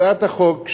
הצעת החוק,